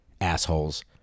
assholes